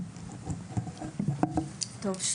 בבקשה.